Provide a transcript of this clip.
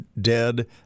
dead